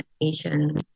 Asian